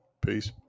Peace